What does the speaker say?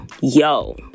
yo